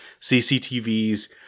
CCTVs